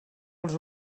els